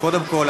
קודם כול,